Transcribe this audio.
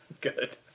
Good